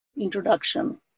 introduction